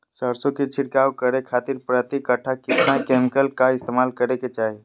सरसों के छिड़काव करे खातिर प्रति कट्ठा कितना केमिकल का इस्तेमाल करे के चाही?